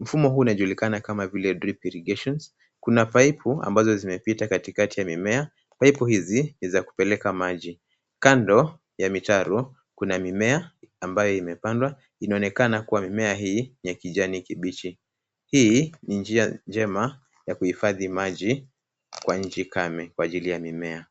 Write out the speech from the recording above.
Mfumo huu unaojulikana kama vile dri irrigations .Kuna pipe ambazo zimekita katikati ya mimea. Pipe hizi ni za kupeleka maji. Kando ya mitaro kuna mimea ambayo imepandwa. Inaonekana kwamba mimea hii ni ya kijani kibichi. Hii ni njia njema ya kuhifadhi maji kwa nchi kame kwa ajili ya mimea.